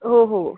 ओ हो